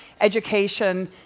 education